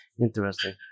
Interesting